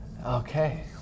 Okay